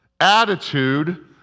Attitude